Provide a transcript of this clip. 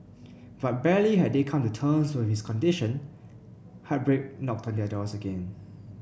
but barely had they come to turns with his condition heartbreak knocked their doors again